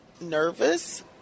nervous